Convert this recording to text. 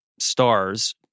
stars